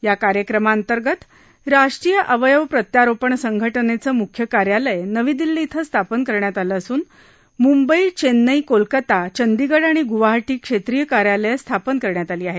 या कार्यक्रमाअंतर्गत राष्ट्रीय अवयव प्रत्यारोपण संघटनेचं मुख्य कार्यालय नवी दिल्ली इथं स्थापन करण्यात आलं असून मुंबई चेन्नई कोलकाता चंदीगड आणि गुवाहाटी क्षेत्रीय कार्यालयं स्थापन करण्यात आली आहेत